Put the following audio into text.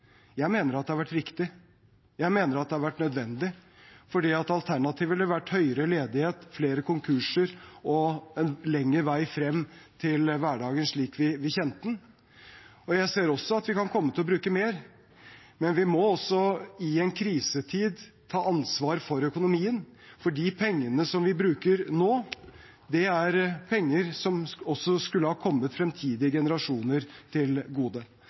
Jeg mener at det har vært viktig. Jeg mener at det har vært nødvendig. For alternativet ville vært høyere ledighet, flere konkurser og en lengre vei frem til hverdagen slik vi kjente den. Jeg ser også at vi kan komme til å bruke mer. Men vi må også i en krisetid ta ansvar for økonomien, for de pengene som vi bruker nå, er penger som også skulle ha kommet fremtidige generasjoner til gode.